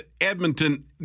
Edmonton